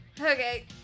Okay